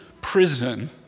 prison